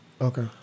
Okay